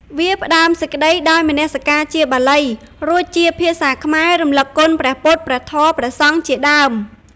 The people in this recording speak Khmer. វាផ្តើមសេចក្តីដោយនមស្ការជាបាលី រួចជាភាសាខ្មែររំលឹកគុណព្រះពុទ្ធ ព្រះធម៌ ព្រះសង្ឃជាដើម។